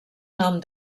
nom